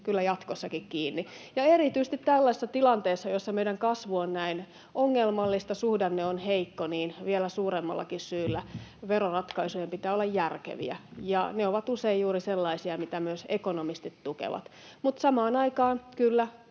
kyllä jatkossakin kiinni. Erityisesti tällaisessa tilanteessa, jossa meidän kasvu on näin ongelmallista, suhdanne on heikko, vielä suuremmallakin syyllä veroratkaisujen pitää olla järkeviä, ja ne ovat usein juuri sellaisia, mitä myös ekonomistit tukevat. Mutta samaan aikaan, kyllä,